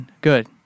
good